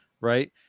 right